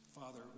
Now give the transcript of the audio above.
Father